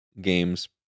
games